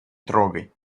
трогай